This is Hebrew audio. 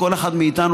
כל אחד מאיתנו,